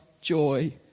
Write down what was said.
joy